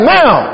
now